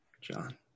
John